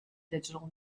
digital